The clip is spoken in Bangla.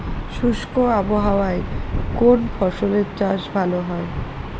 শুষ্ক আবহাওয়ায় কোন ফসলের চাষ ভালো হয়?